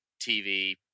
TV